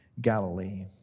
Galilee